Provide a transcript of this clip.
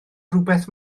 rhywbeth